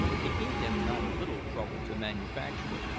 it gave him not a little trouble to manufacture it.